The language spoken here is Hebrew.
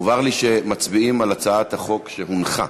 הובהר לי שמצביעים על הצעת החוק שהונחה,